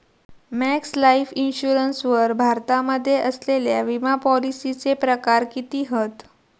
Max Life Insurance वर भारतामध्ये असलेल्या विमापॉलिसीचे प्रकार किती हत?